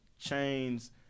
chains